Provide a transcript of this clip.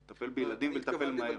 בילדים, ולטפל מהר.